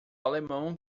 alemão